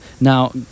Now